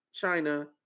China